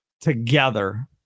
together